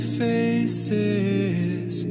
faces